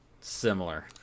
similar